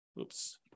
oops